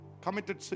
committed